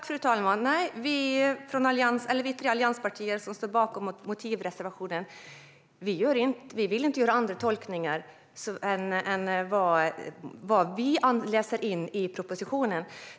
Fru talman! Nej, vi tre allianspartier som står bakom motivreservationen vill inte göra några andra tolkningar än vad vi läser in i propositionen.